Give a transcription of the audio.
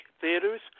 Theaters